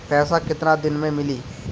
पैसा केतना दिन में मिली?